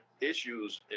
issues